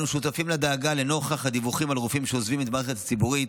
אנו שותפים לדאגה לנוכח הדיווחים על רופאים שעוזבים את המערכת הציבורית,